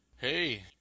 hey